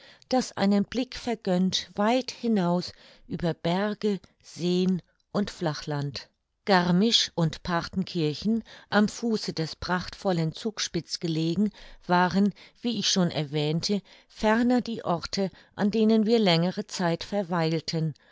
das einen blick vergönnt weit hinaus über berge seen und flachland garmisch und parthenkirchen am fuße des prachtvollen zugspitz gelegen waren wie ich schon erwähnte ferner die orte an denen wir längere zeit verweilten